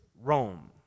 Rome